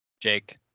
Jake